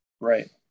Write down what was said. Right